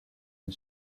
and